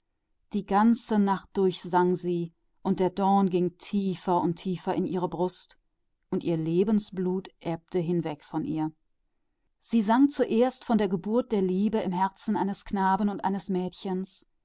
die ganze nacht sang sie und der dorn drang tiefer und tiefer in ihre brust und ihr lebensblut sickerte weg von ihr zuerst sang sie von dem werden der liebe in dem herzen eines knaben und eines mädchens